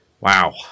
Wow